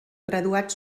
graduat